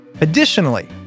Additionally